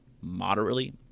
moderately